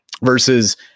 Versus